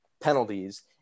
penalties